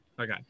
Okay